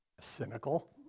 cynical